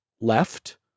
left